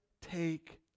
take